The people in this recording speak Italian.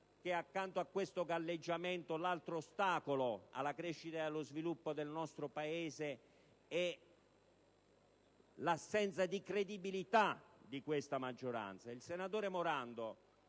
che, accanto a questo galleggiamento, l'altro ostacolo alla crescita ed allo sviluppo del nostro Paese è l'assenza di credibilità di questa maggioranza. Il senatore Morando